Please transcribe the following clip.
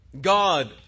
God